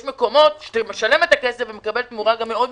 יש מקומות בהם אתה משלם את הכסף אבל מקבל תמורה נמוכה.